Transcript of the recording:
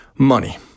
Money